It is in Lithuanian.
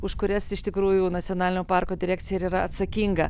už kurias iš tikrųjų nacionalinio parko direkcija ir yra atsakinga